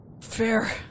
fair